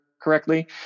correctly